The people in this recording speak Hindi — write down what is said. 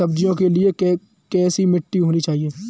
सब्जियों के लिए कैसी मिट्टी होनी चाहिए?